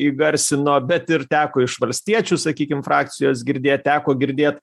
įgarsino bet ir teko iš valstiečių sakykim frakcijos girdėt teko girdėt